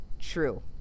true